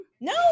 No